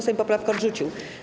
Sejm poprawkę odrzucił.